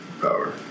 power